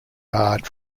barred